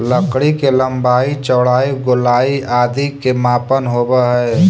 लकड़ी के लम्बाई, चौड़ाई, गोलाई आदि के मापन होवऽ हइ